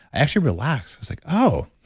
i actually relaxed. i was like oh,